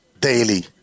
daily